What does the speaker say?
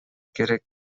керек